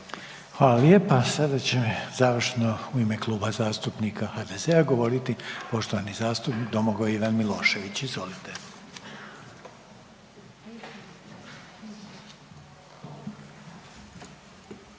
Hvala lijepa. Sada će završno u ime Kluba zastupnika HDZ-a govoriti poštovani zastupnik Domagoj Ivan Milošević. Izvolite.